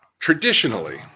Traditionally